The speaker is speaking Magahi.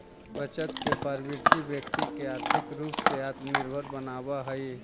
बचत के प्रवृत्ति व्यक्ति के आर्थिक रूप से आत्मनिर्भर बनावऽ हई